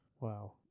Wow